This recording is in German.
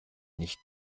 nicht